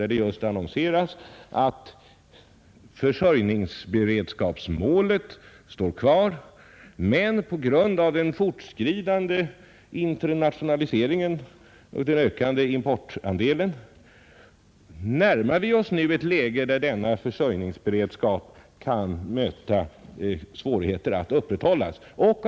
Där har det annonserats att försörjningsberedskapsmålet står kvar. På grund av den fortskridande internationaliseringen och den därigenom ökande importandelen närmar vi oss dock nu ett läge där det kan bli svårt att upprätthålla denna försörjningsberedskap.